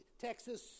Texas